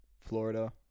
Florida